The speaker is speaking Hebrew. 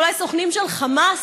אולי סוכנים של חמאס?